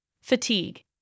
fatigue